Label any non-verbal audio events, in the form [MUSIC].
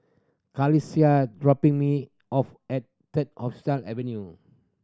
[UNINTELLIGIBLE] dropping me off at Third [UNINTELLIGIBLE] Avenue